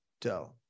dough